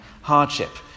hardship